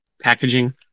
packaging